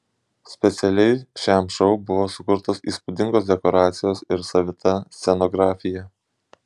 specialiai šiam šou buvo sukurtos įspūdingos dekoracijos ir savita scenografija